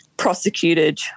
prosecuted